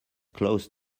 close